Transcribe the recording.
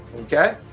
Okay